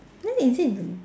then is it the